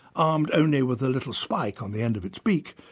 armed only with a little spike on the end of its beak,